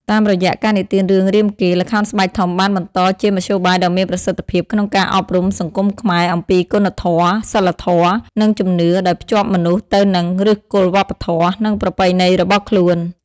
តាមរយៈការនិទានរឿងរាមកេរ្តិ៍ ល្ខោនស្បែកធំបានបន្តជាមធ្យោបាយដ៏មានប្រសិទ្ធភាពក្នុងការអប់រំសង្គមខ្មែរអំពីគុណធម៌ សីលធម៌ និងជំនឿ ដោយភ្ជាប់មនុស្សទៅនឹងឫសគល់វប្បធម៌ និងប្រពៃណីរបស់ខ្លួន ។